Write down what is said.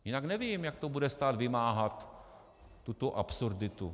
Jinak nevím, jak to bude stát vymáhat, tuto absurditu.